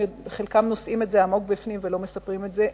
חלקם נושאים את זה עמוק בפנים ולא מספרים את זה.